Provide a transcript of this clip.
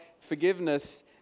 forgiveness